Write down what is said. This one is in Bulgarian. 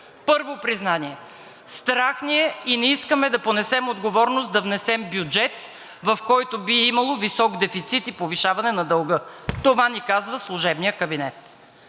Първо признание: страх ни е и не искаме да понесем отговорност да внесем бюджет, в който би имало висок дефицит и повишаване на дълга. Това ни казва служебният кабинет.